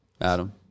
Adam